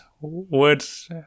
words